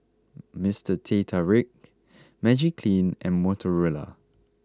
Mr Teh Tarik Magiclean and Motorola